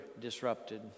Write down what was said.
disrupted